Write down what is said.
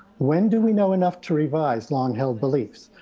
when do we know enough to revise long held beliefs?